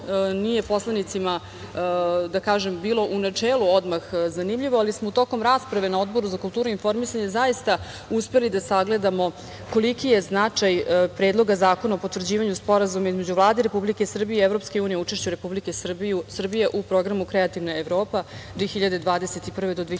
nije poslanicima bilo u načelu odmah zanimljivo, ali smo tokom rasprave na Odboru za kulturu i informisanje zaista uspeli da sagledamo koliki je značaj Predloga zakona o potvrđivanju sporazuma između Vlade Republike Srbije i EU i učešću Republike Srbije u Programu „Kreativna Evropa 2021 – 2027“